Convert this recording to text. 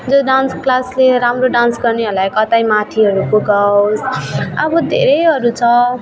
जो डान्स क्लासले राम्रो डान्स गर्नेहरूलाई कतै माथिहरू पुर्यावोस् अब धेरैहरू छ